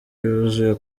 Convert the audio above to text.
yuzuye